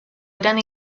eren